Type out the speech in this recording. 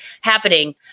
happening